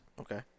Okay